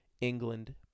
England